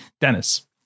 Dennis